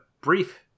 brief